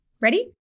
Ready